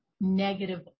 negative